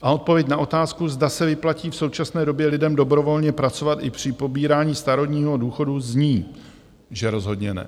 A odpověď na otázku, zda se vyplatí v současné době lidem dobrovolně pracovat i při pobírání starobního důchodu, zní, že rozhodně ne.